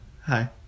hi